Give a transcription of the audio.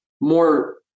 more